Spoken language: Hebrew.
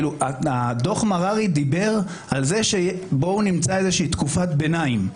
דוח מררי דיבר על זה שבואו נמצא איזושהי תקופת ביניים.